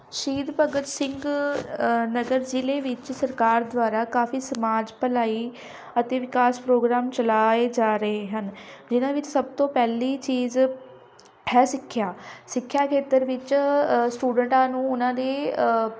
ਸ਼ਹੀਦ ਭਗਤ ਸਿੰਘ ਨਗਰ ਜ਼ਿਲ੍ਹੇ ਵਿੱਚ ਸਰਕਾਰ ਦੁਆਰਾ ਕਾਫੀ ਸਮਾਜ ਭਲਾਈ ਅਤੇ ਵਿਕਾਸ ਪ੍ਰੋਗਰਾਮ ਚਲਾਏ ਜਾ ਰਹੇ ਹਨ ਜਿਹਨਾਂ ਵਿੱਚ ਸਭ ਤੋਂ ਪਹਿਲੀ ਚੀਜ਼ ਹੈ ਸਿੱਖਿਆ ਸਿੱਖਿਆ ਖੇਤਰ ਵਿੱਚ ਸਟੂਡੈਂਟਾਂ ਨੂੰ ਉਹਨਾਂ ਦੀ